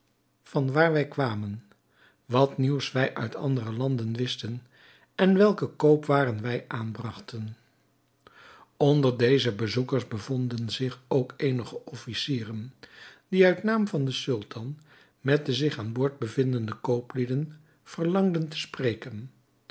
van waar wij kwamen wat nieuws wij uit andere landen wisten en welke koopwaren wij aanbragten onder deze bezoekers bevonden zich ook eenige officieren die uit naam van den sultan met de zich aan boord bevindende kooplieden verlangden te spreken